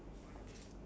ya